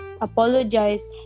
apologize